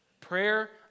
Prayer